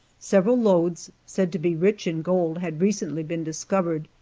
several lodes, said to be rich in gold, had recently been discovered,